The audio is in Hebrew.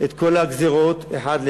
את כל הגזירות אחת לאחת.